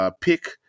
pick